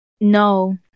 No